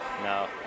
No